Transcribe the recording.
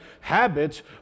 habits